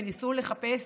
וניסו לחפש